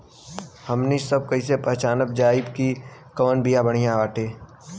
हमनी सभ कईसे पहचानब जाइब की कवन बिया बढ़ियां बाटे?